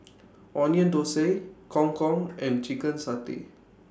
Onion Thosai Gong Gong and Chicken Satay